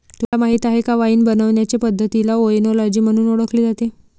तुम्हाला माहीत आहे का वाइन बनवण्याचे पद्धतीला ओएनोलॉजी म्हणून ओळखले जाते